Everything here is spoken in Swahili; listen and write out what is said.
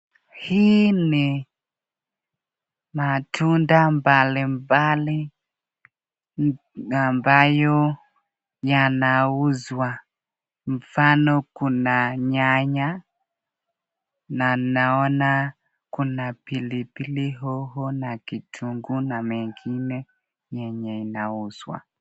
Hii ni matunda mbali mbali ambayo yanauzwa mfano kuna nyanya na naona kuna pilipili hoho na kitunguu.